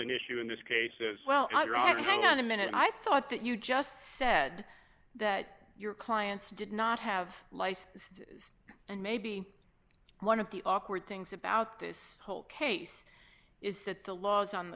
an issue in this case as well ironically going on a minute i thought that you just said that your clients did not have lice and maybe one of the awkward things about this whole case is that the laws on the